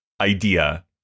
idea